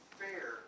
fair